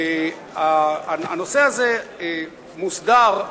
הנושא הזה מוסדר,